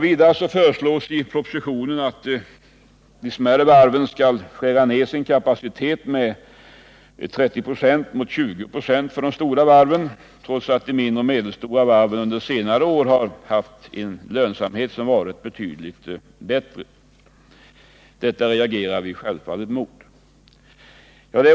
Vidare föreslås i propositionen att de mindre varven skall skära ned sin kapacitet med 30 96 mot 20 K för storvarven, trots att de mindre och medelstora varven under senare år har haft en lönsamhet som varit betydligt bättre. Detta reagerar vi självfallet mot.